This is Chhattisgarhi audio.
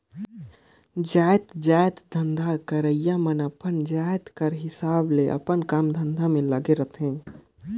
जाएतजात धंधा करइया मन अपन जाएत कर हिसाब ले अपन काम धंधा में लगे रहथें